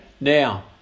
now